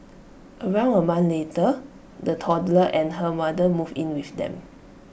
around A month later the toddler and her mother moved in with them